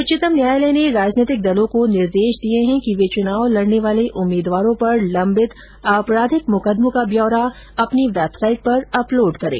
उच्चतम न्यायालय ने राजनीतिक दलों को निर्देश दिया है कि वे चुनाव लड़ने वाले उम्मीदवारों पर लम्बित आपराधिक मुकदमों का ब्यौरा अपनी वेबसाइट पर अपलोड करें